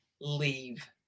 leave